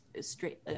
straight